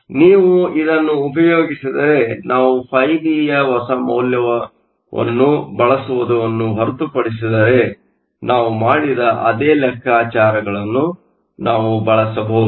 ಆದ್ದರಿಂದ ನೀವು ಇದನ್ನು ಉಪಯೋಗಿಸಿದರೆ ನಾವು φB ಯ ಹೊಸ ಮೌಲ್ಯವನ್ನು ಬಳಸುವದನ್ನು ಹೊರತುಪಡಿಸಿದರೆ ನಾವು ಮಾಡಿದ ಅದೇ ಲೆಕ್ಕಾಚಾರಗಳನ್ನು ನಾವು ಬಳಸಬಹುದು